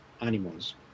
animals